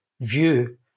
view